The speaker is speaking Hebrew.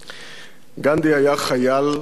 גנדי היה חייל של ישראל.